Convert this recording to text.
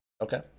okay